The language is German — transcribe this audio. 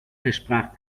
versprach